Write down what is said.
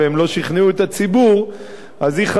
והן לא שכנעו את הציבור,